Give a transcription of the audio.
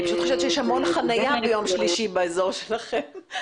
אני פשוט חושבת שיש המון חניה ביום שלישי באזור שלכם.